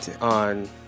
on